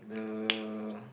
the